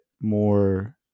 more